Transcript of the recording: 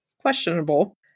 questionable